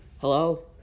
Hello